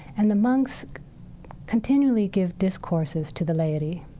and the monks continually give discourses to the laity.